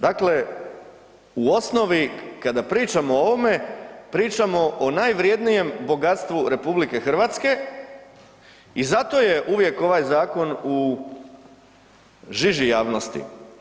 Dakle, u osnovi, kada pričamo o ovome pričamo o najvrjednijem bogatstvu RH i zato je uvijek ovaj zakon u žiži javnosti.